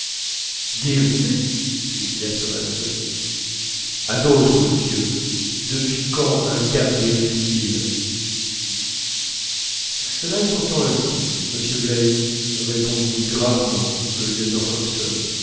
dérivé s'écria thomas black à d'autres monsieur depuis quand un cap dérive t il cela est pourtant ainsi monsieur black répondit gravement le lieutenant hobson